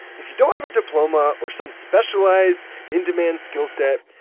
if you don't have a diploma or some specialized in-demand skill set,